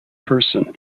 person